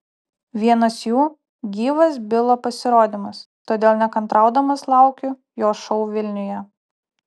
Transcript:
vienas jų gyvas bilo pasirodymas todėl nekantraudamas laukiu jo šou vilniuje